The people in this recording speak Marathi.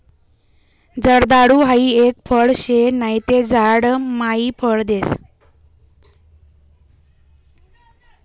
जर्दाळु हाई एक फळ शे नहि ते झाड मायी फळ देस